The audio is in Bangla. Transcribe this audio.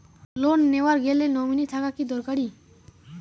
লোন নেওয়ার গেলে নমীনি থাকা কি দরকারী?